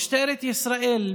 משטרת ישראל,